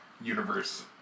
universe